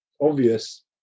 obvious